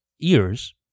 ears